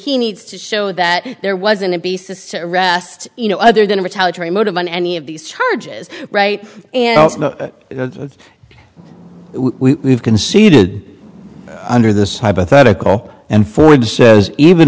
he needs to show that there wasn't a basis at rest you know other than retaliatory motive on any of these charges right we have conceded under this hypothetical and ford says even